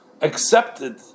accepted